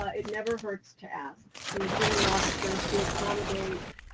ah it never hurts to ask the hearing officer to accommodate